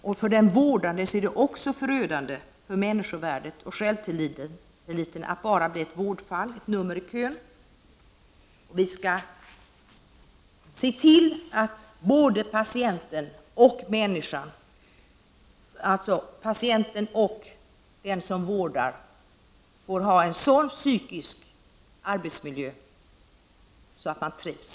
Och för den vårdade är det också förödande för människovärdet och självtilliten att bara bli ett vårdfall och ett nummer i kön. Vi skall se till att både patienten och den som vårdar får ha en sådan psykisk arbetsmiljö att de trivs.